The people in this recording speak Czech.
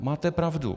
Máte pravdu.